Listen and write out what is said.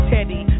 Teddy